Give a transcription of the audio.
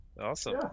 Awesome